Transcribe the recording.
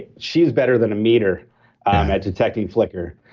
she's better than a meter um at detecting flicker.